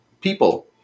people